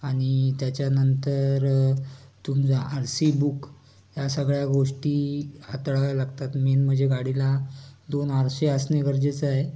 आणि त्याच्यानंतर तुमचं आर सी बुक या सगळ्या गोष्टी हाताळाव्या लागतात मेन म्हणजे गाडीला दोन आरसे असणे गरजेचं आहे